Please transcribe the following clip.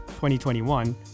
2021